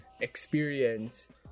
experience